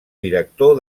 director